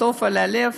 טוב על הלב,